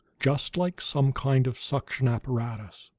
just like some kind of suction apparatus,